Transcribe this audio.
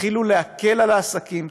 תתחילו להקל על העסקים,